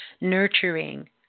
nurturing